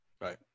right